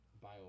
bio